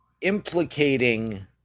implicating